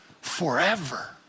forever